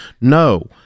No